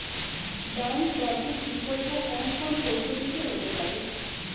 Bank ব্যতীত বিকল্প কোন কোন পদ্ধতিতে হতে পারে?